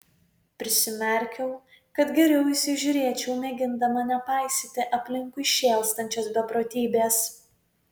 prisimerkiau kad geriau įsižiūrėčiau mėgindama nepaisyti aplinkui šėlstančios beprotybės